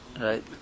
Right